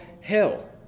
hell